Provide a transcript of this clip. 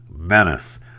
Menace